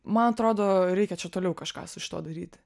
man atrodo reikia čia toliau kažką su šituo daryti